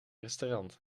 restaurant